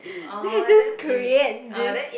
then I just create this